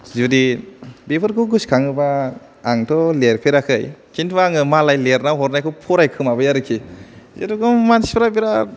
जुदि बेफोरखौ गोसोखाङोबा आंथ' लिरफेराखै किन्तु आङो मालाय लिरना हरनायखौ फरायखोमाबाय आरोखि बेरोखोम मानसिफोरा बिराद